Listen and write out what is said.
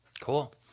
Cool